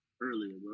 earlier